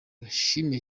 yashimiye